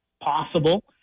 Possible